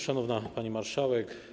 Szanowna Pani Marszałek!